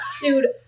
dude